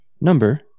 Number